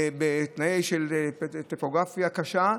בתנאי טופוגרפיה קשים,